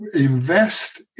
invest